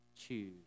choose